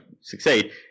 succeed